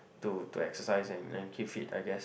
to to exercise and then keep fit I guess